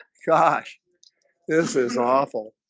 gosh this is awful